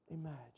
imagine